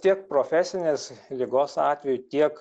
tiek profesinės ligos atveju tiek